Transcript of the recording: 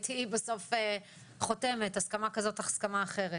הייתי בסוף חותמת על הסכמה כזאת או הסכמה אחרת.